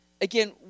Again